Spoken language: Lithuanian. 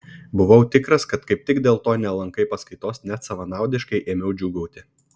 buvau tikras kad kaip tik dėl to nelankai paskaitos net savanaudiškai ėmiau džiūgauti